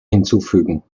hinzufügen